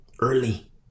Early